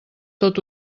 tot